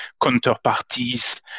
counterparties